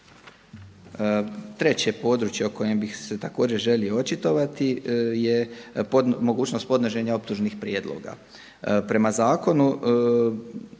Treće područje o kojem bi se također želio očitovati je mogućnost podnošenja optužnih prijedloga. Prema Zakonu